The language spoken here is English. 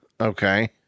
Okay